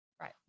Right